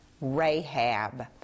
Rahab